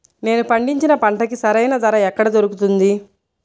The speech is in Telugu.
నేను పండించిన పంటకి సరైన ధర ఎక్కడ దొరుకుతుంది?